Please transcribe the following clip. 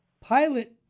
pilot